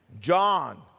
John